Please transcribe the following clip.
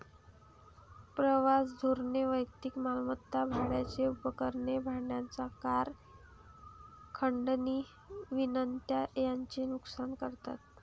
प्रवास धोरणे वैयक्तिक मालमत्ता, भाड्याची उपकरणे, भाड्याच्या कार, खंडणी विनंत्या यांचे नुकसान करतात